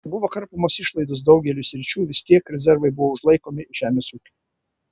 kai buvo karpomos išlaidos daugeliui sričių vis tiek rezervai buvo užlaikomi žemės ūkiui